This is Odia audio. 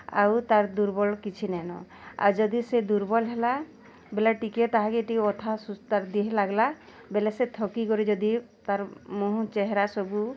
ଆଉ ତା'ର୍ ଦୁର୍ବଳ କିଛି ନାଇଁନ ଆଉ ଯଦି ସେ ଦୁର୍ବଲ୍ ହେଲା ବେଲେ ଟିକେ ତାହାଟେ ଦେହେ ଲାଗ୍ଲା ବେଲେ ସେ ଥକିକରି ଯଦି ତା'ର୍ ମୁଁହ ଚେହେରା ସବୁ